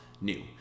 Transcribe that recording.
new